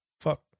Fuck